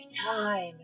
time